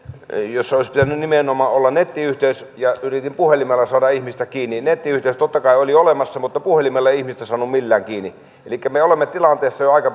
jossa olisi pitänyt nimenomaan olla nettiyhteys ja yritin puhelimella saada ihmistä kiinni nettiyhteys totta kai oli olemassa mutta puhelimella ei ihmistä saanut millään kiinni elikkä me olemme siinä tilanteessa jo aika